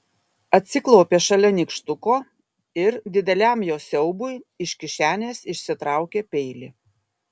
atsiklaupė šalia nykštuko ir dideliam jo siaubui iš kišenės išsitraukė peilį